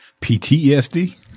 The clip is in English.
PTSD